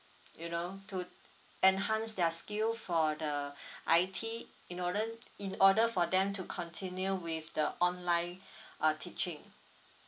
you know to enhance their skill for the I_T in order in order for them to continue with the online uh teaching